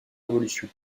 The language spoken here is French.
révolution